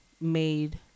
made